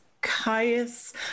Caius